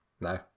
No